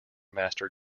master